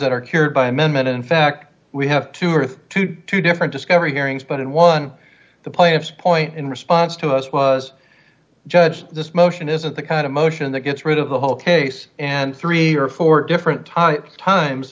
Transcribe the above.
that are cured by amendment in fact we have two or three to two different discovery hearings but in one the plaintiff's point in response to us was judge this motion isn't the kind of motion that gets rid of the whole case and three or four different t